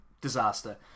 disaster